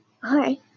Hi